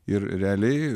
ir realiai